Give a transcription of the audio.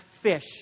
fish